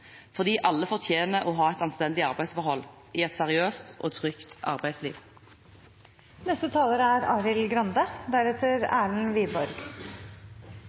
fordi alle fortjener å ha et anstendig arbeidsforhold, i et seriøst og trygt